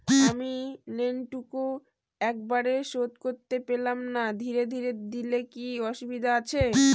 আমি লোনটুকু একবারে শোধ করতে পেলাম না ধীরে ধীরে দিলে কি অসুবিধে আছে?